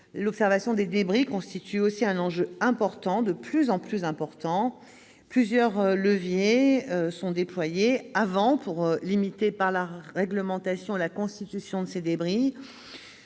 L'observation des débris constitue également un enjeu de plus en plus important. Plusieurs leviers sont actionnés, avant, pour limiter par la réglementation la constitution de ces débris,